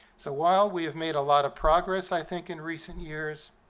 so while we have made a lot of progress, i think, in recent years